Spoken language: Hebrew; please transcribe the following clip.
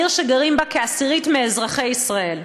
עיר שגרים כעשירית מאזרחי ישראל.